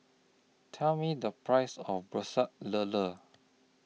Tell Me The Price of Pecel Lele